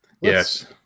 Yes